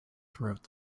throughout